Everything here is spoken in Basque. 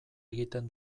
egiten